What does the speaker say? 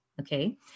okay